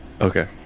Okay